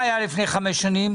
חלק מהכסף יש לנו בבסיס התקציב.